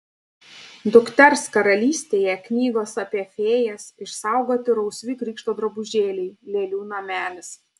dukters karalystėje knygos apie fėjas išsaugoti rausvi krikšto drabužėliai lėlių namelis